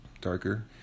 darker